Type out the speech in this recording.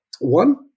One